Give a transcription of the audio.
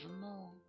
more